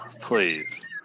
Please